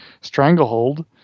stranglehold